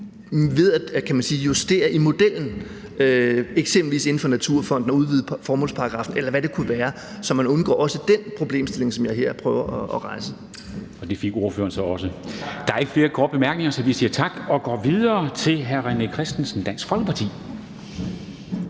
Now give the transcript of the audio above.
ved at justere i modellen, eksempelvis inden for Naturfonden, og udvide formålsparagraffen, eller hvad det kunne være, så man også undgår den problemstilling, som jeg her prøver at rejse. Kl. 11:37 Formanden (Henrik Dam Kristensen): Det fik ordføreren så også. Der er ikke flere korte bemærkninger, så vi siger tak og går videre til hr. René Christensen, Dansk Folkeparti.